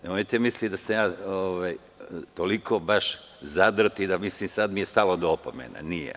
Nemojte misliti da sam ja toliko baš zadrt i da mislite da mi je sada stalo do opomene, nije.